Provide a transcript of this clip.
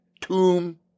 tomb